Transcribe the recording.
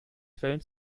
quellen